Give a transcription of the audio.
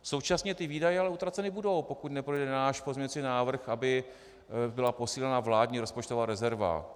Současně ty výdaje ale utraceny budou, pokud neprojde náš pozměňovací návrh, aby byla posílena vládní rozpočtová rezerva.